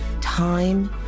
Time